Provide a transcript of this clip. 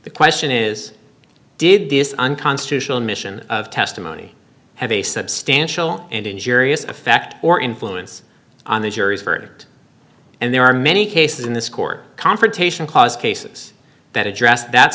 the question is did this unconstitutional mission of testimony have a substantial and injurious effect or influence on the jury's verdict and there are many cases in this court confrontation clause cases that address that